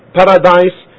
paradise